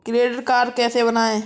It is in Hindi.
क्रेडिट कार्ड कैसे बनवाएँ?